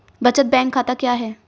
बचत बैंक खाता क्या है?